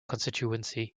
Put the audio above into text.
constituency